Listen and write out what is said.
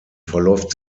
verläuft